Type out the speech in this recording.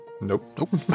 nope